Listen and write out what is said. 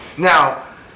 Now